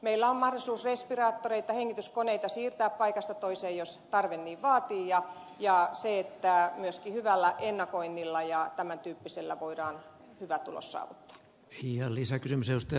meillä on mahdollisuus respiraattoreita hengityskoneita siirtää paikasta toiseen jos tarve niin vaatii ja myöskin hyvällä ennakoinnilla ja tämän tyyppisellä voidaan hyvä tulos saavuttaa